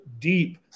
deep